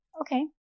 Okay